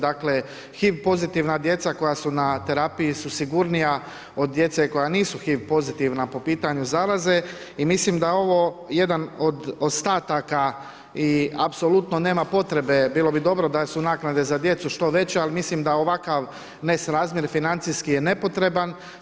Dakle, HIV pozitivna djeca koja su na terapiji su sigurnija od djece koja nisu HIV pozitivna po pitanju zaraze i mislim da ovo jedan od ostataka i apsolutno nema potrebe, bilo bi dobro da su naknade za djecu što veće, ali mislim da ovakav nesrazmjer financijski je nepotreban.